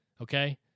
okay